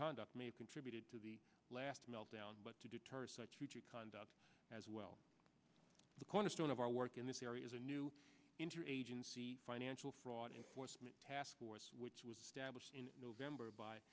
conduct may have contributed to the last meltdown but to deter such future conduct as well the cornerstone of our work in this area is a new interagency financial fraud enforcement task force which was stabbed in november by